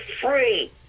free